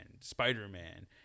spider-man